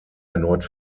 erneut